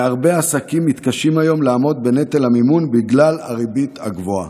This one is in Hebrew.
הרבה עסקים מתקשים היום לעמוד בנטל המימון בגלל הריבית הגבוהה.